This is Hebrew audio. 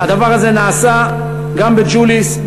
והדבר הזה נעשה גם בג'וליס,